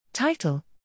Title